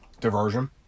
diversion